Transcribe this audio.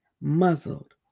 muzzled